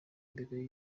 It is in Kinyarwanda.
imbere